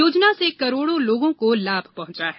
योजना से करोड़ों लोगों को लाभ पहुंचा है